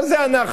אבל זה אנחנו.